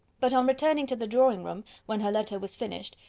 but on returning to the drawing-room, when her letter was finished,